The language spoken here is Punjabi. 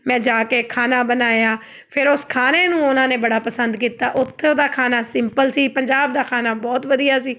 ਮੈਂ ਜਾ ਕੇ ਖਾਣਾ ਬਣਾਇਆ ਫਿਰ ਉਸ ਖਾਣੇ ਨੂੰ ਉਹਨਾਂ ਨੇ ਬੜਾ ਪਸੰਦ ਕੀਤਾ ਉੱਥੋਂ ਉਹਦਾ ਖਾਣਾ ਸਿੰਪਲ ਸੀ ਪੰਜਾਬ ਦਾ ਖਾਣਾ ਬਹੁਤ ਵਧੀਆ ਸੀ